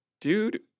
Dude